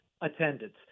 attendance